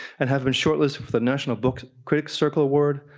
and have been shortlist with the national book critics circle award,